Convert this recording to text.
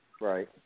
Right